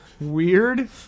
Weird